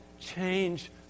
change